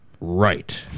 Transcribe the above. right